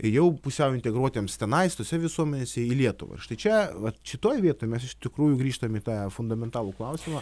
jau pusiau integruotiems tenais tose visuomenėse į lietuvą ir štai čia vat šitoj vietoj mes iš tikrųjų grįžtam į tą fundamentalų klausimą